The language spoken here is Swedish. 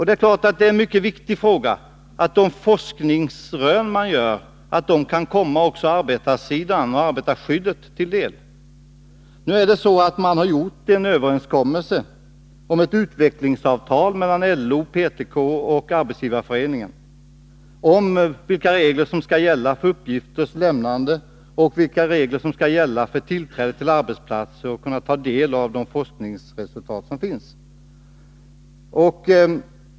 Det är klart att det är mycket viktigt att de forskningsrön som görs också kan komma arbetarskyddet till del. Nu är det så att LO, PTK och SAF har slutit ett utvecklingsavtal där det anges vilka regler som skall gälla för uppgifters lämnande och för att få tillträde till arbetsplatser och kunna ta del av de forskningsresultat som finns.